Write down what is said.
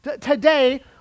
Today